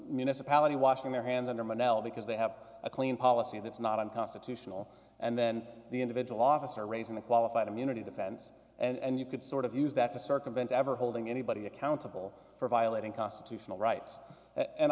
municipality washing their hands under monella because they have a clean policy that's not unconstitutional and then the individual officer raising the qualified immunity defense and you could sort of use that to circumvent ever holding anybody accountable for violating constitutional rights